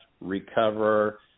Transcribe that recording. recover